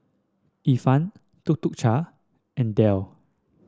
Ifan Tuk Tuk Cha and Dell